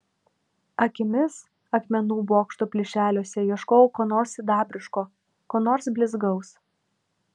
akimis akmenų bokštų plyšeliuose ieškojau ko nors sidabriško ko nors blizgaus